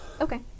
Okay